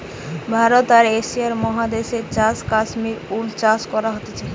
ভারতে আর এশিয়া মহাদেশে চাষ কাশ্মীর উল চাষ করা হতিছে